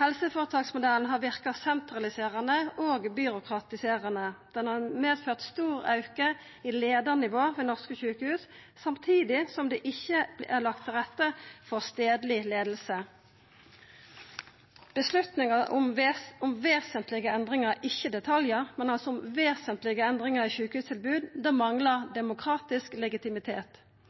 Helseføretaksmodellen har verka sentraliserande og byråkratiserande. Han har medført ein stor auke i leiarnivå ved norske sjukehus, samtidig som det ikkje er lagt til rette for stadleg leiing. Avgjerda om vesentlege endringar – ikkje detaljar, men altså vesentlege endringar – i sjukehustilbodet manglar demokratisk legitimitet.